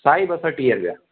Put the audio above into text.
साईं बसर टीह रुपिया